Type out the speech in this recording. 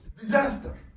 Disaster